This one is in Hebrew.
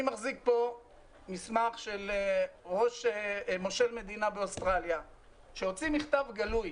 אני מחזיק פה מסמך של מושל מדינה באוסטרליה שהוציא מכתב גלוי